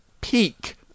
peak